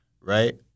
right